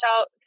out